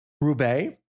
Roubaix